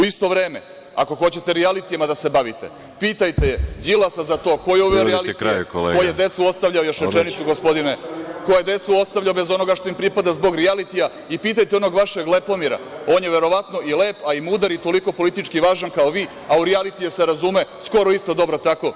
U isto vreme, ako hoćete rijalitijima da se bavite, pitajte Đilasa za to ko je uveo rijalitije, ko je decu ostavljao bez onoga što im pripada zbog rijalitija i pitajte onog vašeg Lepomira, on je verovatno i lep, a i mudar i toliko politički važan kao vi, a u rijalitije se razume skoro isto tako dobro kao vi.